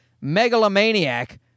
megalomaniac